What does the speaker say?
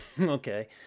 okay